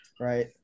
right